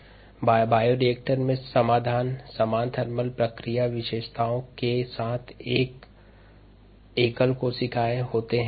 समाधान के रूप में बायोरिएक्टर समान ताप प्रतिक्रिया विशेषताओं के साथ एकल कोशिकाएं होते हैं